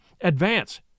advance